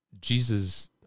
Jesus